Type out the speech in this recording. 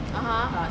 (uh huh)